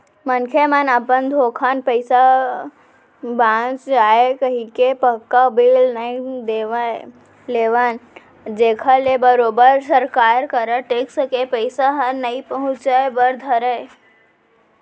मनखे मन अपन थोकन पइसा बांच जाय कहिके पक्का बिल नइ लेवन जेखर ले बरोबर सरकार करा टेक्स के पइसा ह नइ पहुंचय बर धरय